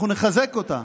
אנחנו נחזק אותה